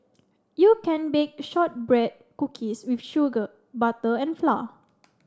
you can bake shortbread cookies with sugar butter and flour